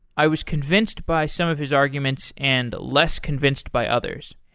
i was convinced by some of his arguments and less convinced by others.